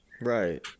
Right